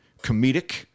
comedic